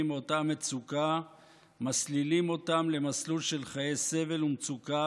מאותה מצוקה מסלילים אותם למסלול של חיי סבל ומצוקה,